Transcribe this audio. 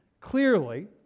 clearly